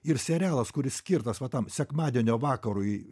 ir serialas kuris skirtas va tam sekmadienio vakarui